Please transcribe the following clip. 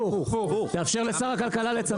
תאפשר לשר הכלכלה לצמצם.